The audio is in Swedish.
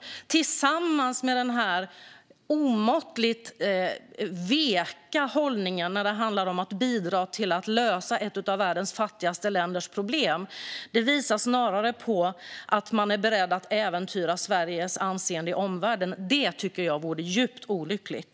Detta tillsammans med denna omåttligt veka hållning när det handlar om att bidra till att lösa ett av världens fattigaste länders problem visar snarare på att Sverigedemokraterna är beredda att äventyra Sveriges anseende i omvärlden. Det tycker jag vore djupt olyckligt.